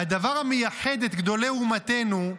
והדבר המייחד את גדולי אומתנו,